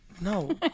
No